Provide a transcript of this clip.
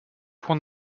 pour